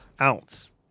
ounce